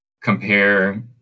compare